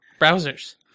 browsers